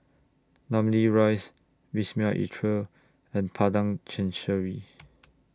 Namly Rise Wisma Atria and Padang Chancery